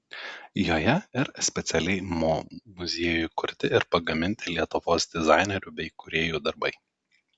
joje ir specialiai mo muziejui kurti ir pagaminti lietuvos dizainerių bei kūrėjų darbai